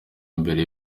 mbere